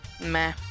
Meh